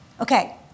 Okay